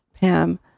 Pam